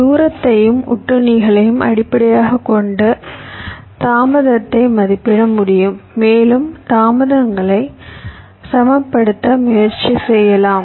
தூரத்தையும் ஒட்டுண்ணிகளையும் அடிப்படையாகக் கொண்ட தாமதத்தை மதிப்பிட முடியும் மேலும் தாமதங்களை சமப்படுத்த முயற்சி செய்யலாம்